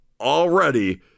already